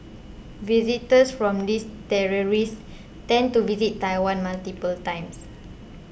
visitors from these territories tend to visit Taiwan multiple times